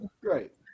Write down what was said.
Great